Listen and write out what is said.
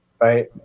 right